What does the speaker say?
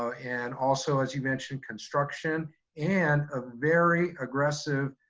ah and also as you mentioned construction and a very aggressive,